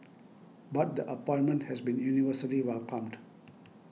but the appointment has been universally welcomed